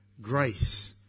grace